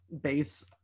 base